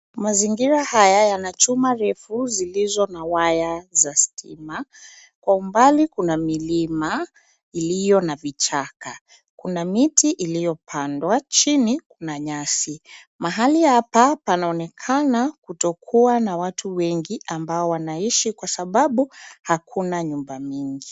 Mandhari hii ina mazao yanayochipua katika mazingira ya shamba yenye mistari ya sima. Kwenye mbali kuna milima yenye vichaka. Mazingira pia yana miti iliyopandwa, na chini kuna nyasi. Eneo hili linaonekana kuwa na watu wachache kutokana na ukosefu wa nyumba nyingi